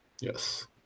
Yes